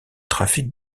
trafic